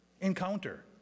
Encounter